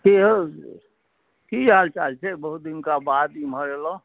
कि औ कि हालचाल छै बहुत दिनका बाद एमहर अएलऽ